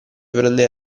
prende